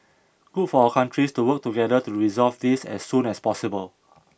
good for our countries to work together to resolve this as soon as possible